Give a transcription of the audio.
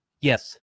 Yes